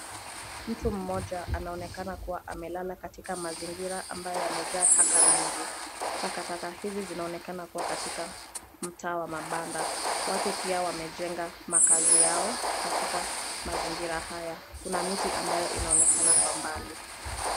Mtu mmoja anaonekana kuwa amelala katika mazingira ambayo yamejaa taka mingi. Takataka izi zinaonekana kuwa katika mtaa wa mabanda. Watu pia wamejenga makazi yao katika mazingira haya. Kuna miti ambayo inaonekana kwa mbali.